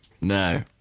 No